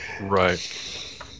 Right